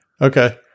Okay